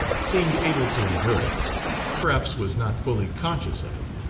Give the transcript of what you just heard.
seemed able to endure it perhaps was not fully conscious of it.